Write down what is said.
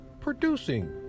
producing